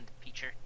feature